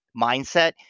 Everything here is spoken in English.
mindset